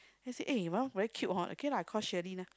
then I say eh Ralph very cute hor okay lah call Shirley lah